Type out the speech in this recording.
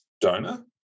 donor